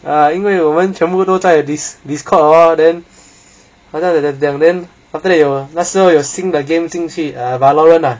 ah 因为我们全部都在 Dis~ Dischord orh then other than then then then after that 有那时候有新的 game 进去 err valoren ah